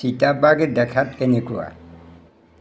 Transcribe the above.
চিতাবাঘ দেখাত কেনেকুৱা